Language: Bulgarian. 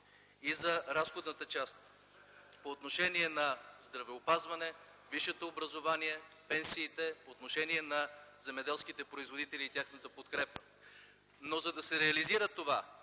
и за разходната част, по отношение на здравеопазването, висшето образование, пенсиите, по отношение на земеделските производители и тяхната подкрепа. За да се реализира това